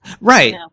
Right